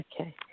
Okay